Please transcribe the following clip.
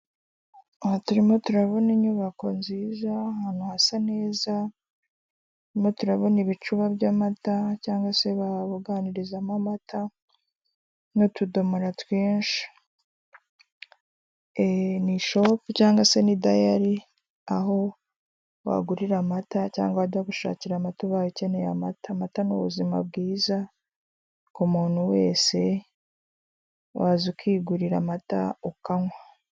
Aha turimo turabona inyubako nziza, ahantu hasa neza turimo turabona ibicuba by'amata cyangwa se babuganirizamo amata n'utudomora twinshi, ni shopu cyangwa se ni dayari, aho wagurira amata cyangwa wajya gushakira amata ubaye ukeneye amata, amata ni ubuzima bwiza, ku muntu wese, waza ukigurira amata ukanywa.